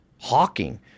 Hawking